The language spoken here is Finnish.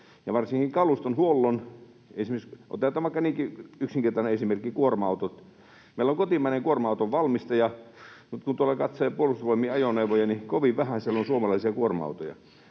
varsinkin kalustonhuollon merkitys. Otetaan esimerkiksi vaikka niinkin yksinkertainen esimerkki kuin kuorma-autot: meillä on kotimainen kuorma-autonvalmistaja, mutta kun tuolla katselee Puolustusvoimien ajoneuvoja, niin kovin vähän siellä on suomalaisia kuorma-autoja.